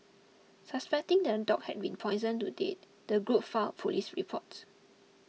suspecting that the dog had been poisoned to dead the group filed a police report